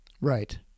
Right